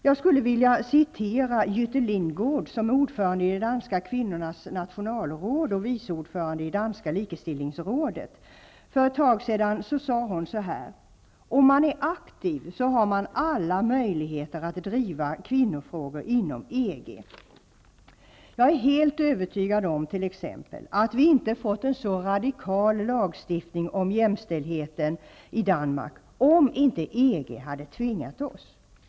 Ligestillingsrådet, sade för ett tag sedan, att om man är aktiv har man alla möjligheter att driva kvinnofrågor inom EG. Hon är helt övertygad om att Danmark inte hade fått en så radikal lagstiftning om jämställdhet om inte EG hade tvingat fram lagen.